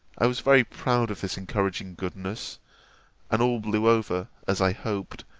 i was very proud of this encouraging goodness and all blew over, as i hoped,